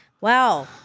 Wow